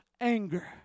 anger